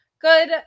good